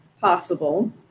possible